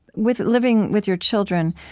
with living with your children,